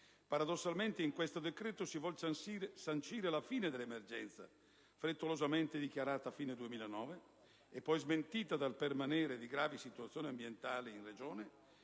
Paradossalmente, in questo decreto si vuol sancire la fine dell'emergenza, frettolosamente dichiarata a fine 2009 e poi smentita dal permanere di gravi situazioni ambientali in Regione,